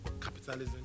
Capitalism